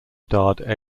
starred